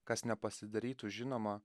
kas nepasidarytų žinoma